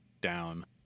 down